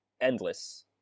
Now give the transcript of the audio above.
endless